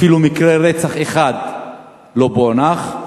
אפילו מקרה רצח אחד לא פוענח.